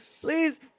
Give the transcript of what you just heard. Please